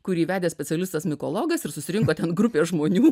kurį vedė specialistas mikologas ir susirinko ten grupė žmonių